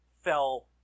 fell